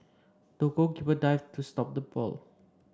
the goalkeeper dived to stop the ball